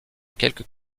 quelques